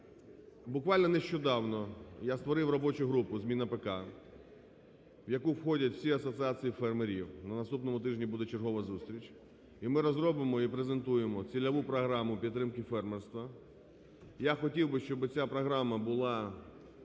Буквально нещодавно я створив робочу групу з МінАПК, в яку входять всі асоціації фермерів. На наступному тижні буде чергова зустріч, і ми розробимо і презентуємо цільову програму підтримки фермерства. Я хотів би, щоб ця програма була